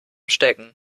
stecken